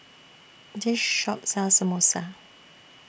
This Shop sells Samosa